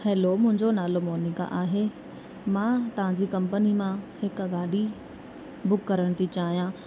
hello मुंहिंजो नालो मोनिका आहे मां तव्हांजी कंपनी मां हिकु गाॾी बुक करण थी चाहियां